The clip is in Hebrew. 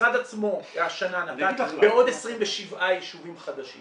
המשרד עצמו השנה נתן בעוד 27 ישובים חדשים